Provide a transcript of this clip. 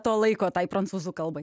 to laiko tai prancūzų kalbai